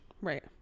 Right